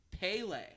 Pele